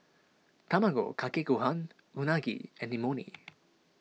Tamago Kake Gohan Unagi and Imoni